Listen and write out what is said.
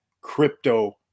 crypto